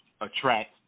attract